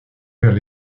vers